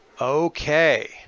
Okay